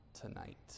tonight